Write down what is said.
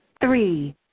Three